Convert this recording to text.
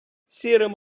сірим